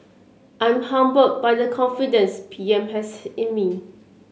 I'm humbled by the confidence P M has in me